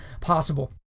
possible